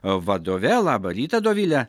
vadove labą rytą dovile